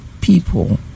people